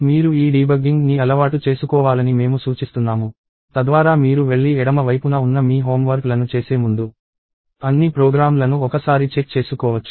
మీరు ఈ డీబగ్గింగ్ని అలవాటు చేసుకోవాలని మేము సూచిస్తున్నాము తద్వారా మీరు వెళ్లి ఎడమ వైపున ఉన్న మీ హోమ్ వర్క్లను చేసే ముందు అన్ని ప్రోగ్రామ్లను ఒకసారి చెక్ చేసుకోవచ్చు